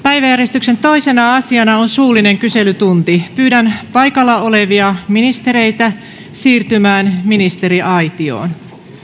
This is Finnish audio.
päiväjärjestyksen toisena asiana on suullinen kyselytunti pyydän paikalla olevia ministereitä siirtymään ministeriaitioon